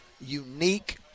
unique